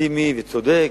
לגיטימי וצודק.